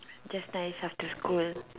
just nice after school